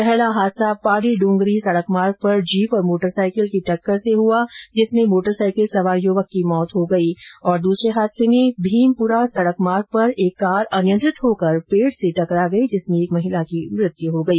पहला हादसा पाडी डूंगरी सड़क मार्ग पर जीप और मोटरसाईकिल की टक्कर से हुआ जिसमें मोटरसाईकिल सवार युवक की मौत हो गई और दूसरे हादसे में भीमपुरा सड़क मार्ग पर एक कार अनियंत्रित होकर पेड र्स टकरा गई जिसमें एक महिला की मौत हो गई